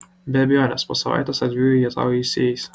be abejonės po savaitės ar dviejų ji tau įsiės